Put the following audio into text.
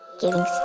giving